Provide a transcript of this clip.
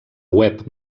web